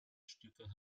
stücke